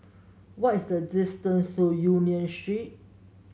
what is the distance to Union Street